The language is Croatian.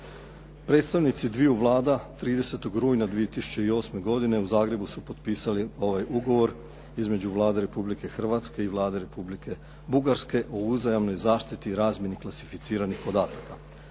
Predstavnici dviju Vlada 30. rujna 2008. godine u Zagrebu su potpisali ovaj ugovor između Vlade Republike Hrvatske i Vlade Republike Bugarske o uzajamnoj zaštiti i razmjeni klasificiranih podataka.